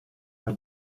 bei